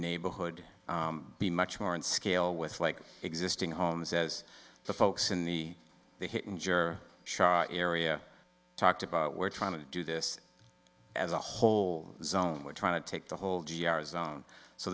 neighborhood be much more in scale with like existing homes as the folks in the they hit injure shahr area talked about we're trying to do this as a whole zone we're trying to take the whole